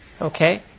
Okay